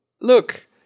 look